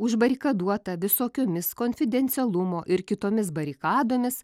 užbarikaduota visokiomis konfidencialumo ir kitomis barikadomis